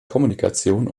kommunikation